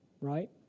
right